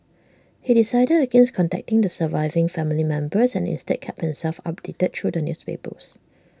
he decided against contacting the surviving family members and instead kept himself updated through the newspapers